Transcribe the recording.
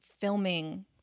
filming